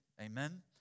amen